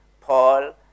Paul